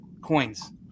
coins